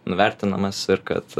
nuvertinamas ir kad